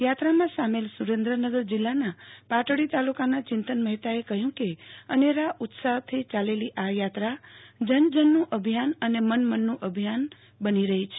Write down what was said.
યાત્રામાં સામેલ સુ રેન્દ્રનગર જિલ્લાના પાટડી તાલુ કાના ચિંતન મહેતાએ કહ્યું કે અનેરા ઉત્સાહ ચાલેલી આ યાત્રા જન જનનું અભિયાન અને મન મનનું અભિયાન બની રહી છે